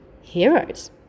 Heroes